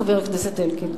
חבר הכנסת אלקין.